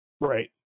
Right